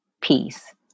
peace